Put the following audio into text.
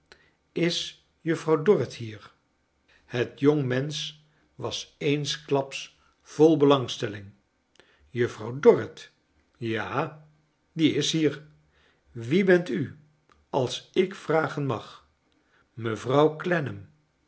is juffrouw dorrit hier het jonge mensch was eensklaps vol belangstelling juffrouw dorrit ja die is hier wie bent u als ik vragen mag mevrouw